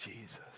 Jesus